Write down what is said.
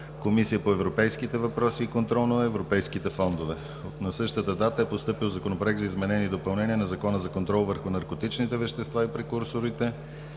Комисията по европейските въпроси и контрол на европейските фондове. На същата дата е постъпил Законопроект за изменение и допълнение на Закона за контрол върху наркотичните вещества и прекурсорите.